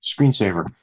screensaver